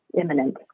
imminent